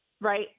Right